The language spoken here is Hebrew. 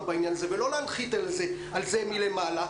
בעניין הזה ולא להנחית את זה מלמעלה.